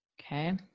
Okay